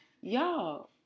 y'all